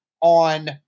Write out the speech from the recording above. on